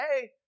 hey